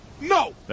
No